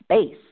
space